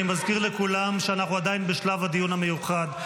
אני מזכיר לכולם שאנחנו עדיין בשלב הדיון המיוחד.